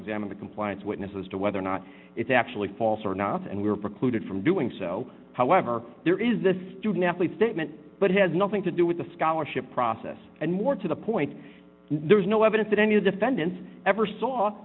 examine the compliance witness as to whether or not it's actually false or not and we are precluded from doing so however there is the student athlete statement but has nothing to do with the scholarship process and more to the point there's no evidence that any of defendants ever saw